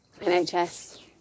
NHS